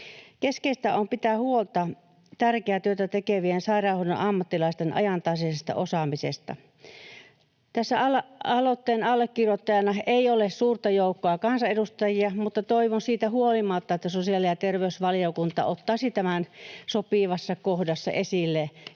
Keskeistä on pitää huolta tärkeää työtä tekevien sairaanhoidon ammattilaisten ajantasaisesta osaamisesta. Tässä ei ole aloitteen allekirjoittajina suurta joukkoa kansanedustajia, mutta toivon siitä huolimatta, että sosiaali- ja terveysvaliokunta ottaisi tämän sopivassa kohdassa esille